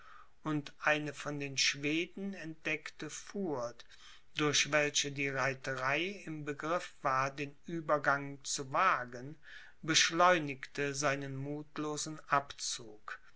und eine von den schweden entdeckte furt durch welche die reiterei im begriff war den uebergang zu wagen beschleunigte seinen muthlosen abzug